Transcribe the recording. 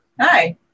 Hi